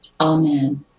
Amen